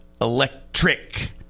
Electric